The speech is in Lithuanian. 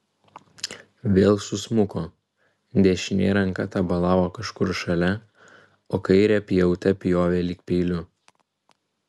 vėl susmuko dešinė ranka tabalavo kažkur šalia o kairę pjaute pjovė lyg peiliu